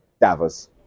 Davos